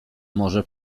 może